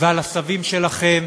ועל הסבים שלכם